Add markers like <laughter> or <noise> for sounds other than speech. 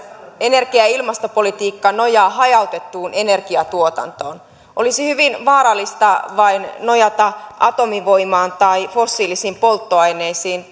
energia ja ilmastopolitiikka nojaa hajautettuun energiantuotantoon olisi hyvin vaarallista nojata vain atomivoimaan tai fossiilisiin polttoaineisiin <unintelligible>